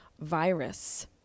virus